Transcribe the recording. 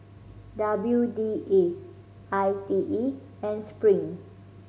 W D A I T E and Spring